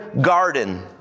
garden